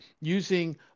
using